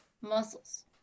muscles